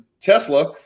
Tesla